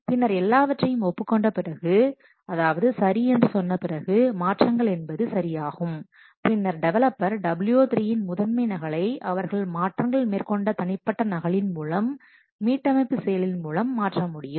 பின்னர் எல்லாவற்றையும் ஒப்புக்கொண்ட பிறகு அதாவது சரி என்று சொன்ன பிறகு மாற்றங்கள் என்பது சரியாகும் பின்னர் டெவலப்பர் w3 இன் முதன்மை நகலை அவர் மாற்றங்கள் மேற்கொண்ட தனிப்பட்ட நகலின் மூலம் மீட்டமைப்பு செயலின் மூலம் மாற்றமுடியும்